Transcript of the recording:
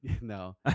No